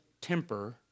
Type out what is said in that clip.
temper